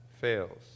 fails